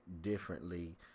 differently